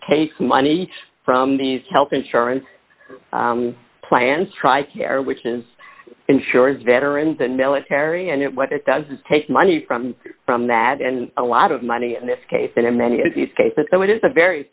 takes money from these health insurance plans tri care which is insurance veterans and military and what it does is take money from from that and a lot of money in this case and in many of these cases so it is a very